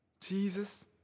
Jesus